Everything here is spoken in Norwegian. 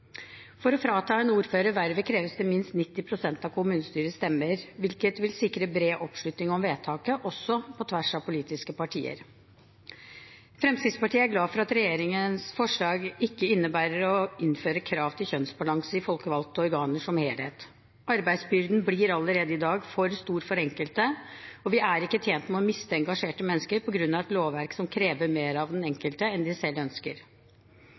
For å frata en ordfører vervet kreves det minst 90 pst. av kommunestyrets stemmer, hvilket vil sikre bred oppslutning om vedtaket, også på tvers av politiske partier. Fremskrittspartiet er glad for at regjeringens forslag ikke innebærer å innføre krav til kjønnsbalanse i folkevalgte organer som helhet. Arbeidsbyrden blir allerede i dag for stor for enkelte, og vi er ikke tjent med å miste engasjerte mennesker på grunn av et lovverk som krever mer av den enkelte enn vedkommende selv ønsker.